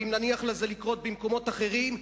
ואם נניח לזה לקרות במקומות אחרים,